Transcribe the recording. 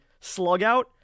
slugout